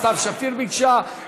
סתיו שפיר ביקשה,